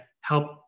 help